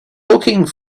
looking